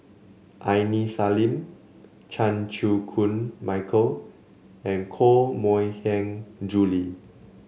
Aini Salim Chan Chew Koon Michael and Koh Mui Hiang Julie